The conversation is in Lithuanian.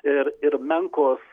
ir ir menkos